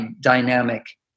dynamic